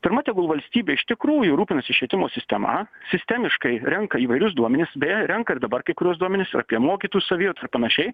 pirma tegul valstybė iš tikrųjų rūpinasi švietimo sistema sistemiškai renka įvairius duomenis beje renka ir dabar kai kuriuos duomenis ir apie mokytų savijautą ir panašiai